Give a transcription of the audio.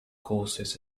courses